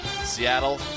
Seattle